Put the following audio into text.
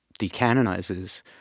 decanonizes